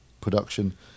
production